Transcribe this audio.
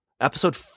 episode